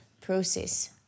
process